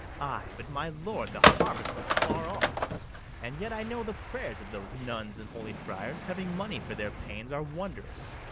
ay, but, my lord, the harvest is far off and yet i know the prayers of those nuns and holy friars, having money for their pains, are wondrous